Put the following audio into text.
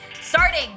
Starting